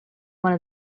one